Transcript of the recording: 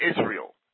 Israel